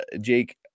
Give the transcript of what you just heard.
Jake